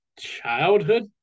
Childhood